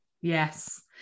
yes